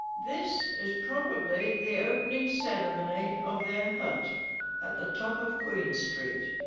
this is probably the opening ceremony of their hut at the top of queen street